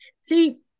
See